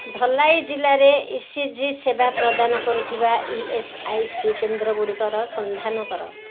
ଧଲାଈ ଜିଲ୍ଲାରେ E C G ସେବା ପ୍ରଦାନ କରୁଥିବା ଇ ଏସ୍ ଆଇ ସି କେନ୍ଦ୍ରଗୁଡ଼ିକର ସନ୍ଧାନ କର